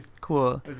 Cool